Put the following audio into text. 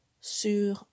sur